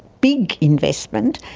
big investment,